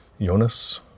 Jonas